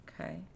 okay